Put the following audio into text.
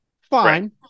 fine